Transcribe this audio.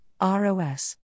ROS